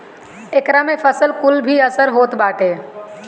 एकरा से फसल कुल पे भी असर होत बाटे